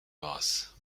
grâce